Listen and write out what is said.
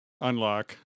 unlock